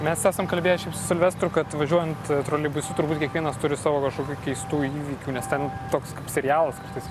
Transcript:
mes esam kalbėję šiaip su silvestru kad važiuojant troleibusu turbūt kiekvienas turi savo kažkokių keistų įvykių nes ten toks serialas kartais